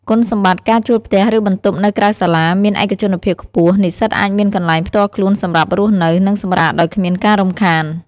គុណសម្បត្តិ ការជួលផ្ទះ ឬបន្ទប់នៅក្រៅសាលា មាន ឯកជនភាពខ្ពស់ និស្សិតអាចមានកន្លែងផ្ទាល់ខ្លួនសម្រាប់រស់នៅ និងសម្រាកដោយគ្មានការរំខាន។